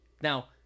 Now